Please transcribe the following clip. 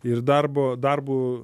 ir darbo darbo